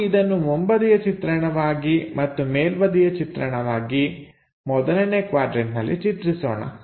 ನಾವು ಇದನ್ನು ಮುಂಬದಿಯ ಚಿತ್ರಣವಾಗಿ ಮತ್ತು ಮೇಲ್ಬದಿಯ ಚಿತ್ರಣವಾಗಿ ಮೊದಲನೇ ಕ್ವಾಡ್ರನ್ಟನಲ್ಲಿ ಚಿತ್ರಿಸೋಣ